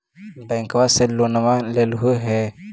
बैंकवा से लोनवा लेलहो हे?